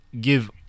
give